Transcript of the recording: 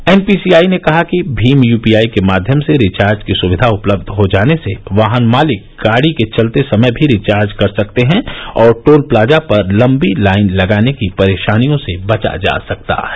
N P C I ने कहा है कि भीम यूपीआई के माध्यम से रिचार्ज की सुविधा उपलब्ध हो जाने से वाहन मालिक गाड़ी के चलते समय भी रिचार्ज कर सकते हैं और टोल प्लाजा पर लेबी लाइन लगाने की परेशानियों से बचा जा सकता है